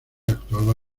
actuaba